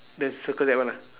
then circle that one ah